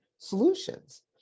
solutions